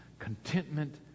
contentment